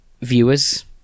viewers